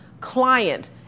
client